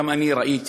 גם אני ראיתי